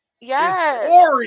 yes